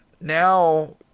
Now